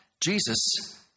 Jesus